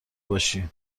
باشی